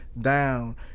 down